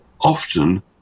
often